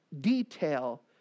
detail